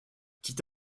quitte